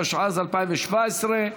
התשע"ז 2017,